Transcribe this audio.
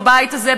בבית הזה,